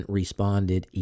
responded